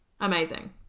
Amazing